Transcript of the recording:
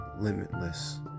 limitless